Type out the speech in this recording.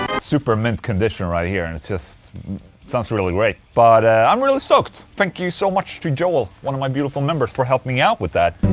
super mint condition right here, and it's just. it sounds really great but i'm really stoked. thank you so much to joel, one of my beautiful members, for helping me out with that.